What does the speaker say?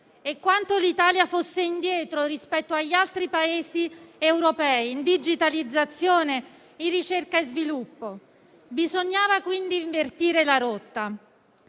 e quanto l'Italia fosse indietro rispetto agli altri Paesi europei in digitalizzazione, ricerca e sviluppo. Bisognava, quindi, invertire la rotta